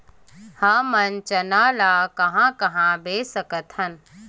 हमन चना ल कहां कहा बेच सकथन?